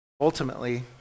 Ultimately